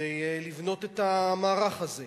כדי לבנות את המערך הזה.